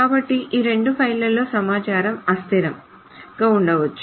కాబట్టి ఈ రెండు ఫైళ్ళలోని సమాచారం అస్థిరం గా ఉండవచ్చు